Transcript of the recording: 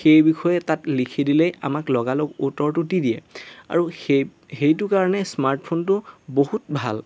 সেই বিষয়ে তাত লিখি দিলেই আমাক লগালগ উত্তৰটো দি দিয়ে আৰু সেই সেইটো কাৰণে স্মাৰ্টফোনটো বহুত ভাল